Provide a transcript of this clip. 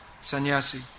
Sannyasi